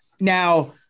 Now